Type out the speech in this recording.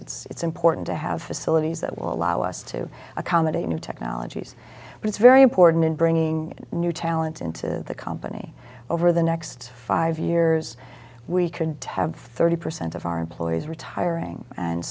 areas it's important to have a syllabus that will allow us to accommodate new technologies but it's very important in bringing new talent into the company over the next five years we can tap thirty percent of our employees retiring and